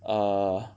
err